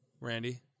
Randy